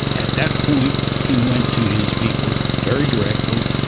at that point he went to his people very directly,